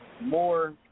more